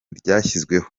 ryashyizweho